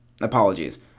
Apologies